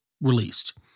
released